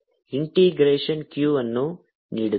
ಆದ್ದರಿಂದ integration q ಅನ್ನು ನೀಡುತ್ತದೆ